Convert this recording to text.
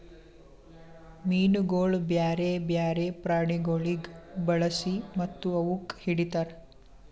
ಮೀನುಗೊಳ್ ಬ್ಯಾರೆ ಬ್ಯಾರೆ ಪ್ರಾಣಿಗೊಳಿಗ್ ಬಳಸಿ ಮತ್ತ ಅವುಕ್ ಹಿಡಿತಾರ್